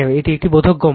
এটি বোধগম্য